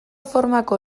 formako